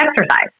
exercise